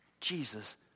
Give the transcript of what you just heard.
Jesus